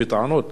אבל